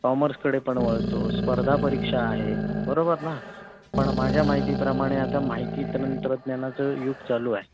कॉमर्सकडे पण वळतो स्पर्धा परीक्षा आहे बरोबर ना पण माझ्या माहितीप्रमाणे आता माहिती तंत्रज्ञानाचं युग चालू आहे